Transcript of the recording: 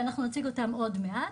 ואנחנו נציג אותם עוד מעט.